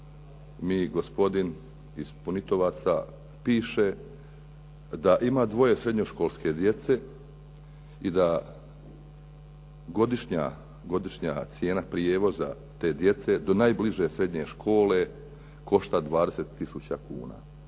mi gospodin iz Punitovaca piše da ima dvoje srednjoškolske djece i da godišnja cijena prijevoza te djece do najbliže srednje škole košta 20 tisuća kuna.